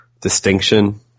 distinction